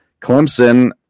Clemson